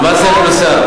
למס ערך מוסף.